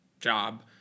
job